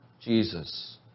Jesus